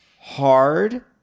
hard